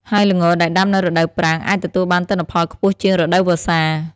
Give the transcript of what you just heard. ហើយល្ងដែលដាំនៅរដូវប្រាំង អាចទទួលបានទិន្នផលខ្ពស់ជាងរដូវវស្សា។